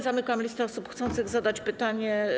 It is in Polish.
Zamykam listę osób chcących zadać pytanie.